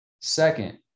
Second